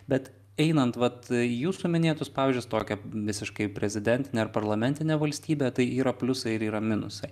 bet einant vat į jūsų minėtus pavyzdžius tokia visiškai prezidentinė ar parlamentinė valstybė tai yra pliusai ir yra minusai